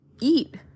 Eat